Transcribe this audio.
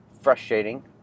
frustrating